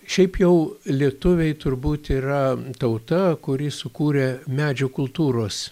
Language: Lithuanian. šiaip jau lietuviai turbūt yra tauta kuri sukūrė medžio kultūros